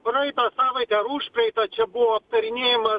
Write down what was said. praeitą savaitę ar užpraeitą čia buvo aptarinėjama